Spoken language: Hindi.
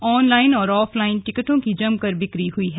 ऑनलाइन और ऑफलाइन टिकटों की जमकर बिक्री हई है